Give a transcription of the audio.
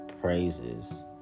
praises